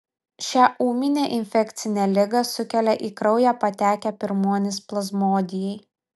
šią ūminę infekcinę ligą sukelia į kraują patekę pirmuonys plazmodijai